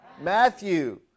Matthew